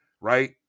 right